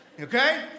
Okay